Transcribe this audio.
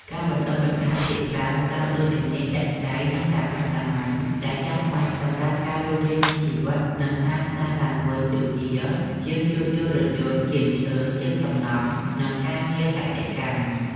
ការបណ្តុះបណ្តាលភាគច្រើនផ្តោតលើជំនាញជាក់ស្តែង និងសាមញ្ញៗដែលចាំបាច់សម្រាប់ការរស់រានមានជីវិត និងការស្តារឡើងវិញដូចជា ជាងជួសជុលរថយន្ត ជាងឈើ ជាងសំណង់ និងការងារកសិកម្ម។